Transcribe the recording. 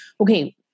okay